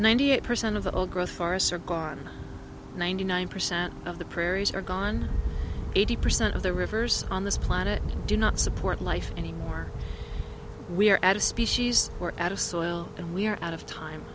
ninety eight percent of the old growth forests are gone ninety nine percent of the prairies are gone eighty percent of the rivers on this planet do not support life anymore we are out of species we're out of soil and we are out of time